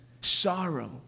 sorrow